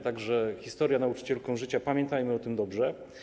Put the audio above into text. Tak że historia nauczycielką życia, pamiętajmy o tym dobrze.